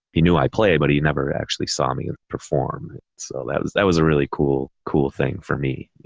he knew i played, but he never actually saw me and perform. so that was, that was a really cool, cool thing for me. you